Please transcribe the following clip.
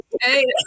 Hey